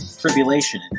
tribulation